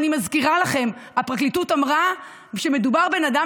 אני מזכירה לכם: הפרקליטות אמרה שמדובר בבן אדם